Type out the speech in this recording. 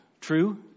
True